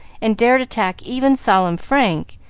and dared attack even solemn frank,